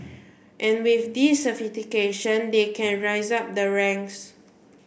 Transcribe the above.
and with this certification they can rise up the ranks